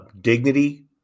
dignity